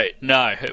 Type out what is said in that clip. no